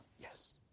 yes